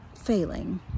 failing